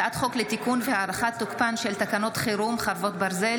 הצעת חוק לתיקון והארכת תוקפן של תקנות חירום (חרבות ברזל)